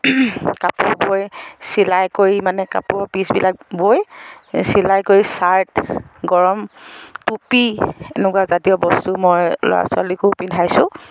কাপোৰ বৈ চিলাই কৰি মানে কাপোৰৰ পিচবিলাক বৈ চিলাই কৰি চাৰ্ট গৰম টুপি এনেকুৱাজাতীয় বস্তু মই ল'ৰা ছোৱালীকো পিন্ধাইছোঁ